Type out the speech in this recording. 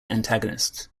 antagonist